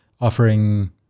offering